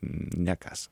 ne kas